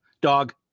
dog